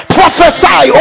prophesy